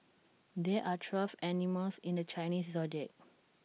there are twelve animals in the Chinese Zodiac